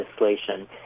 legislation